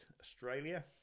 Australia